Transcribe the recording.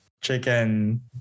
Chicken